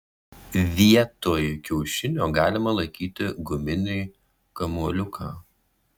vietoj kiaušinio galima laikyti guminį kamuoliuką